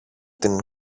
την